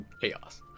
chaos